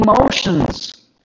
emotions